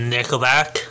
Nickelback